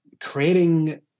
creating